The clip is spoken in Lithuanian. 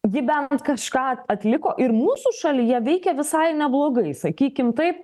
ji bent kažką atliko ir mūsų šalyje veikė visai neblogai sakykim taip